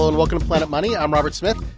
ah and welcome to planet money. i'm robert smith.